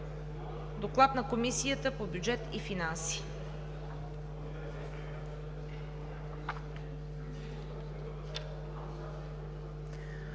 доклада на Комисията по бюджет и финанси.